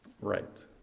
Right